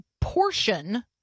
portion